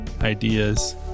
ideas